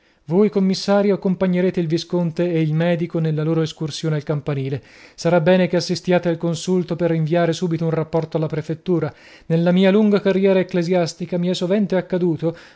voi commissario accompagnerete il visconte ed il medico nella loro escursione al campanile sarà bene che assistiate al consulto per inviare subito un rapporto alla prefettura nella mia lunga carriera ecclesiastica mi è sovente accaduto